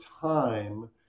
time